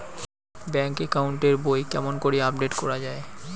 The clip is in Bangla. ব্যাংক একাউন্ট এর বই কেমন করি আপডেট করা য়ায়?